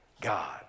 God